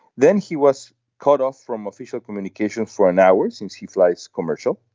then he was cut off from official communication for an hour since he flies commercial.